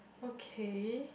okay